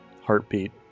heartbeat